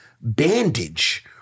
bandage